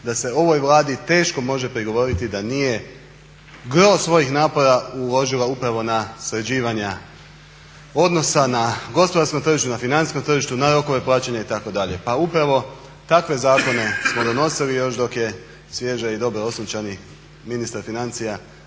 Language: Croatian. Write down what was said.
da se ovoj Vladi teško može prigovoriti da nije gro svojih napora uložila upravo na sređivanja odnosa na gospodarskom tržištu, na financijskom tržištu, na rokove plaćanja itd. Pa upravo takve zakone smo donosili još dok je svježe i dobro osunčani ministar financija